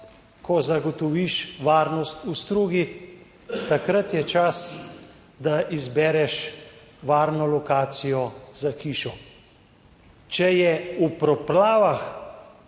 ko zagotoviš varnost v strugi, takrat je čas, da izbereš varno lokacijo za hišo. Če je v poplavah